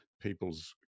people's